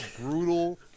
brutal